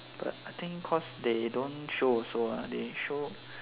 but I think cause they don't show also ah they show